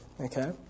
okay